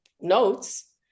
notes